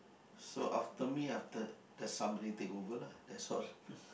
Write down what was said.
so after me after that somebody take over lah that's why